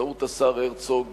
באמצעות השר הרצוג,